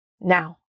Now